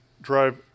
drive